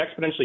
exponentially